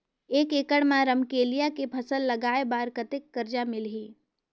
एक एकड़ मा रमकेलिया के फसल लगाय बार कतेक कर्जा मिलही?